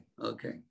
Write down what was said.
Okay